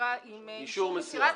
עם אישור מסירה,